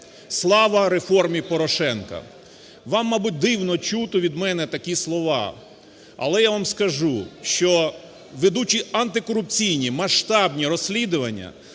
Слава реформі Порошенка! Вам, мабуть, дивно чути від мене такі слова. Але я вам скажу, що, ведучи антикорупційні масштабні розслідування,